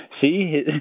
See